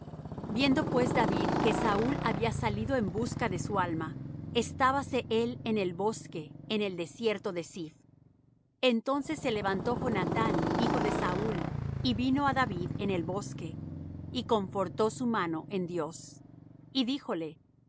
viendo pues david que saúl había salido en busca de su alma estábase él en el bosque en el desierto de ziph entonces se levantó jonathán hijo de saúl y vino á david en el bosque y confortó su mano en dios y díjole no